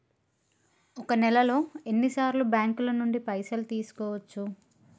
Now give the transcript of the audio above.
ఒక నెలలో ఎన్ని సార్లు బ్యాంకుల నుండి పైసలు తీసుకోవచ్చు?